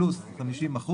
פלוס 50%,